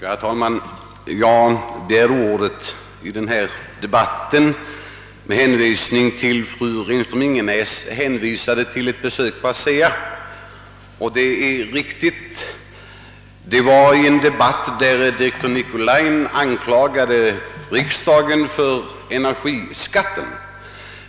Herr talman! Jag begärde ordet i denna debatt med anledning av att fru Renström-Ingenäs talade om ett besök på ASEA. Det var alldeles riktigt refererat, och i den debatt som där förekom anklagade direktör Nicolin riksdagen för beslutet om energiskatt.